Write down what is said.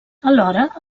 alhora